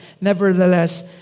nevertheless